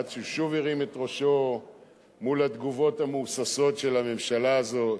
עד ששוב הוא הרים את ראשו מול התגובות המהוססות של הממשלה הזאת.